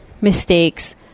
mistakes